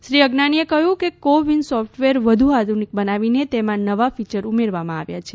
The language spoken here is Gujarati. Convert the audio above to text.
શ્રી અગનાનીએ કહ્યું કે કો વિન સોફ્ટવેર વધુ આધુનિક બનાવીને તેમાં નવા ફિચર ઉમેરવામાં આવ્યા છે